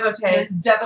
devotees